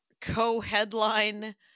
co-headline